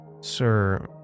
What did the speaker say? Sir